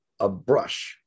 abrush